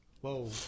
Whoa